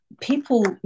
People